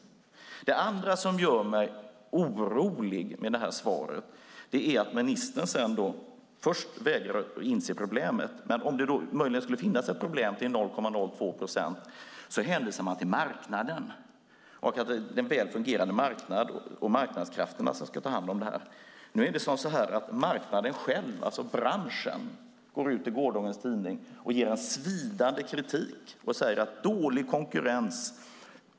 Det andra som gör mig orolig med svaret är att ministern först vägrar att inse problemet, men om det möjligen skulle finnas ett problem för 0,02 procent hänvisar ministern till marknaden - att en väl fungerande marknad och marknadskrafterna ska ta hand om detta. Men marknaden själv - branschen - gick ut i gårdagens tidning med en svidande kritik och pratade om dålig konkurrens.